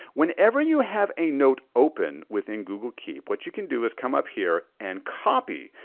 whenever you have a note open within google keep, what you can do is come up here and copy,